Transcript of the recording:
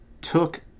took